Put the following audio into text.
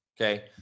Okay